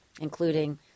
including